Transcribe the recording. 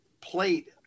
plate